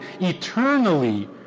eternally